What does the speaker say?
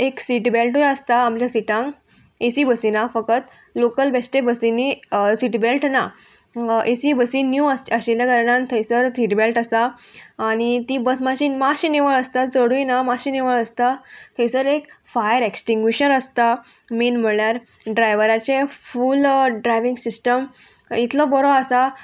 एक सीट बेल्टूय आसता आमच्या सिटांक एसी बसीन आं फकत लोकल बेश्टे बसींनी सीट बेल्ट ना एसी बसीन न्यू आस आशिल्ल्या कारणान थंयसर सीट बेल्ट आसा आनी ती बस मातशी मातशीं निवळ आसता चडूय ना मातशी निवळ आसता थंयसर एक फायर एक्सटिंग्विशर आसता मेन म्हणल्यार ड्रायव्हराचें फूल ड्रायवींग सिस्टम इतलो बरो आसा